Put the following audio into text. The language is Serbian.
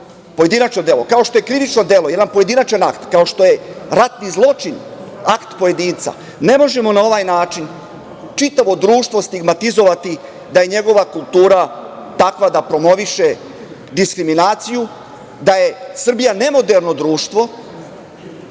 pojedinačno delo, kao što je krivično delo jedan pojedinačan akt, kao što je ratni zločin, akt pojedinca, ne možemo na ovaj način čitavo društvo stigmatizovati, da je njegova kultura takva da promoviše diskriminaciju, da je Srbija nemoderno društvo